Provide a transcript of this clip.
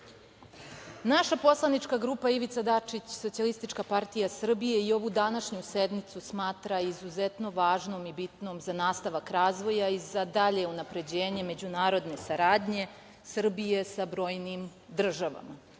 naša poslanička grupa Ivica Dačić, SPS, i ovu današnju sednicu smatra izuzetno važnom i bitnom za nastavak razvoja i za dalje unapređenje međunarodne saradnje Srbije sa brojnim državama.